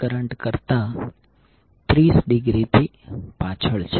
current કરતાં 30 ડિગ્રીથી પાછળ છે